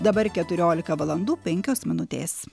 dabar keturiolika valandų penkios minutės